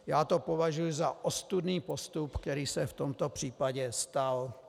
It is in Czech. Já to považuji za ostudný postup, který se v tomto případě stal.